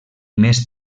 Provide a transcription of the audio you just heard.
més